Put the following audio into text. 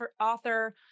author